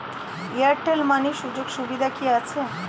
Airtel money সুযোগ সুবিধা কি আছে?